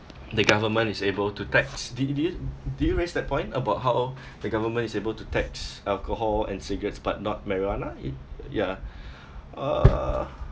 the government is able to tax did you did you raise that point about how the government is able to tax alcohol and cigarettes but not marijuana it ya uh